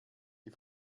die